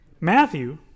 Matthew